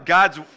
God's